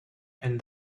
and